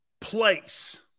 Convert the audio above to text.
place